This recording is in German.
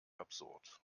absurd